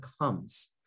comes